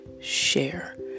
share